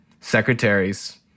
secretaries